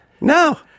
No